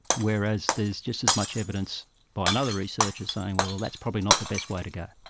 whereas there's just as much evidence by another researcher saying, well, that's probably not the best way to go.